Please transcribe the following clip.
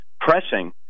pressing